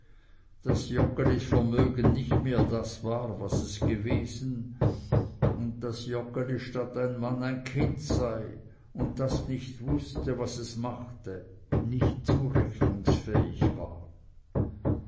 daß joggelis vermögen nicht mehr das war was es gewesen und joggeli statt ein mann ein kind sei das nicht wußte was es machte nicht zurechnungsfähig war